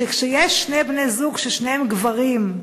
שכשיש שני בני-זוג ששניהם גברים,